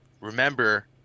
remember